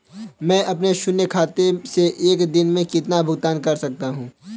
मैं अपने शून्य खाते से एक दिन में कितना भुगतान कर सकता हूँ?